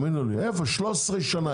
13 שנה.